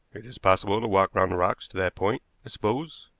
it is possible to walk round the rocks to that point, i suppose?